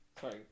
Sorry